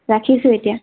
ৰাখিছোঁ এতিয়া